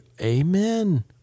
Amen